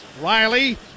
Riley